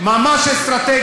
אסטרטגית, ממש אסטרטגית.